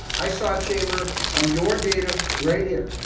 i saw a chamber on your data right here.